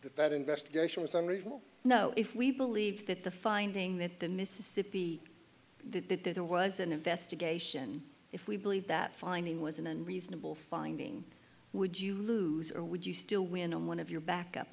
that investigation was unreasonable no if we believe that the finding that the mississippi did that there was an investigation if we believe that finding was an unreasonable finding would you lose or would you still win on one of your backup